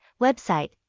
website